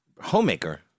Homemaker